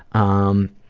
um,